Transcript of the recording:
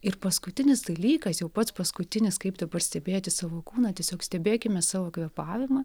ir paskutinis dalykas jau pats paskutinis kaip dabar stebėti savo kūną tiesiog stebėkime savo kvėpavimą